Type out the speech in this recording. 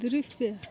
दृश्य